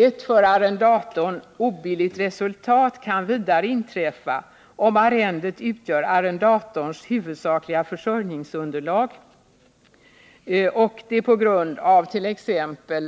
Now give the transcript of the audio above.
Ett för arrendatorn obilligt resultat kan vidare inträffa, om arrendet utgör arrendatorns huvudsakliga försörjningsunderlag och det på grund av t.ex.